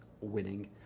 winning